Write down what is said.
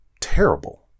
terrible